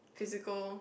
physical